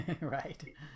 Right